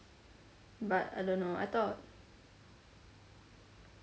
but I don't know I thought